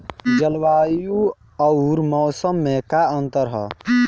जलवायु अउर मौसम में का अंतर ह?